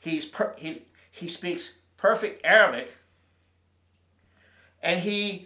he's perky he speaks perfect arabic and he